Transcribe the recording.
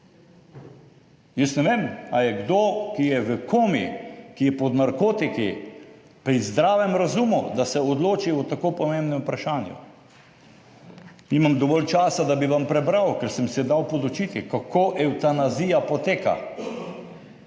Jaz ne vem, ali je kdo, ki je v komi, ki je pod narkotiki, pri zdravem razumu, da se odloči o tako pomembnem vprašanju? Nimam dovolj časa, da bi vam prebral, ker sem se dal podučiti, kako evtanazija poteka.